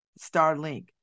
Starlink